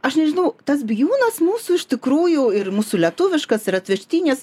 aš nežinau tas bijūnas mūsų iš tikrųjų ir mūsų lietuviškas ir atvežtinis